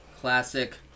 classic